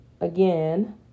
again